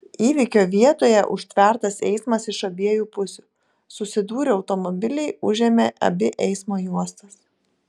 įvykio vietoje užtvertas eismas iš abiejų pusių susidūrė automobiliai užėmė abi eismo juostas